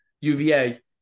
UVA